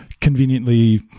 conveniently